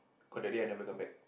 cause that day I never come back